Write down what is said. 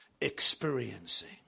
experiencing